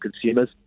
consumers